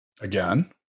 again